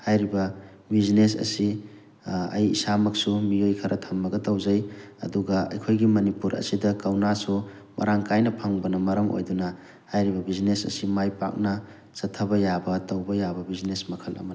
ꯍꯥꯏꯔꯤꯕ ꯕ꯭ꯌꯨꯖꯤꯅꯦꯁ ꯑꯁꯤ ꯑꯩ ꯏꯁꯥꯃꯛꯁꯨ ꯃꯤꯑꯣꯏ ꯈꯔ ꯊꯝꯃꯒ ꯇꯧꯖꯩ ꯑꯗꯨꯒ ꯑꯩꯈꯣꯏꯒꯤ ꯃꯅꯤꯄꯨꯔ ꯑꯁꯤꯗ ꯀꯧꯅꯥꯁꯨ ꯃꯔꯥꯡ ꯀꯥꯏꯅ ꯐꯪꯕꯅ ꯃꯔꯝ ꯑꯣꯏꯗꯨꯅ ꯍꯥꯏꯔꯤꯕ ꯕ꯭ꯌꯨꯖꯤꯅꯦꯁ ꯑꯁꯤ ꯃꯥꯏ ꯄꯥꯛꯅ ꯆꯠꯊꯕ ꯌꯥꯕ ꯇꯧꯕ ꯌꯥꯕ ꯕ꯭ꯌꯨꯖꯤꯅꯦꯁ ꯃꯈꯜ ꯑꯃꯅꯤ